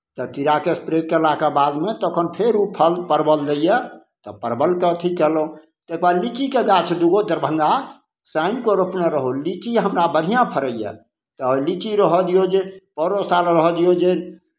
तऽ तिराके स्प्रे कयलाके बादमे तखन फेर ओ फल परवल दैए तऽ परवलके अथि कयलहुँ तकर बाद लीचीके गाछ दू गो दरभङ्गासँ आनि कऽ रोपने रहौँ लीची हमरा बढ़िआँ फड़ैए तऽ लीची रहय दियौ जे पौँरो साल रहय दियौ जे